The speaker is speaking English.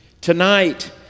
Tonight